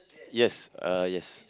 yes uh yes